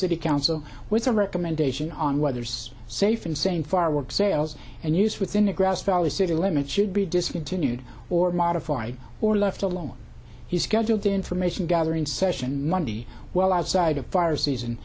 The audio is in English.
city council with a recommendation on weathers safe in saying far work sales and use within a grass valley city limits should be discontinued or modified or left alone he scheduled information gathering session monday well outside of fire season